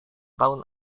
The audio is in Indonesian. tahun